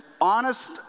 honest